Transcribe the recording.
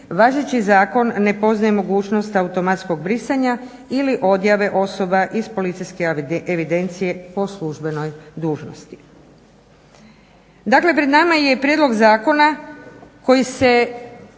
važeći zakon ne poznaje mogućnost automatskog brisanja ili odjave osoba iz policijske evidencije po službenoj dužnosti. Dakle pred nama je prijedlog zakona koji se